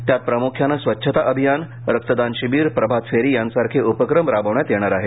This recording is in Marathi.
त्यात प्रामृख्याने स्वच्छता अभियान रक्तदान शिबिर प्रभात फेरी यासारखे उपक्रम राबविण्यात येणार आहेत